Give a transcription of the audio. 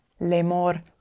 lemor